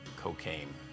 cocaine